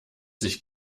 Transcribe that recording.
sich